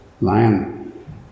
Lion